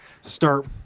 Start